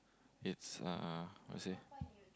it's uh how to say